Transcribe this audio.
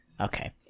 Okay